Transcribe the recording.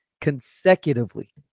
consecutively